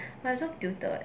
might as well tutor